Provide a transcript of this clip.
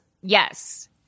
Yes